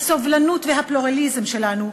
הסובלנות והפלורליזם שלנו,